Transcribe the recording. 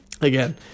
again